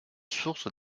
sources